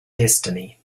destiny